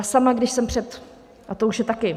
Sama, když jsem před... a to už je taky...